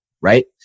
right